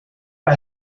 pas